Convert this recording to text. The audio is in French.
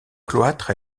cloître